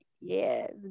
yes